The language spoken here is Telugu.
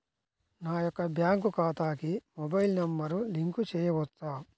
నా యొక్క బ్యాంక్ ఖాతాకి మొబైల్ నంబర్ లింక్ చేయవచ్చా?